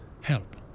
help